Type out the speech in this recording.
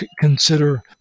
consider